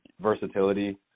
versatility